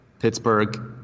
Pittsburgh